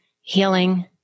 healing